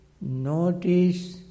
notice